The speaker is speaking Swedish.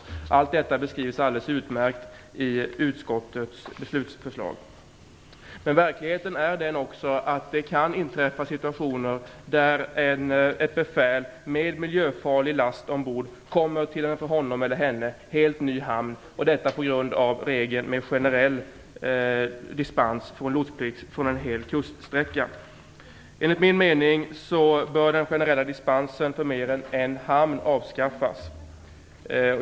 Allt detta beskrivs alldeles utmärkt i utskottets beslutsförslag. Verkligheten är dock också den att det kan inträffa situationer där ett befäl med miljöfarlig last ombord kommer till en för honom eller henne helt ny hamn; detta på grund av regeln om generell dispens från lotsplikt för en hel kuststräcka. Enligt min mening bör den generella dispensen för mer än en hamn avskaffas.